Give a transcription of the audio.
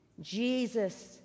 Jesus